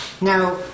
Now